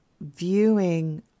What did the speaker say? viewing